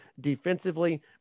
defensively